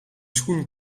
schoen